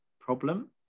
problem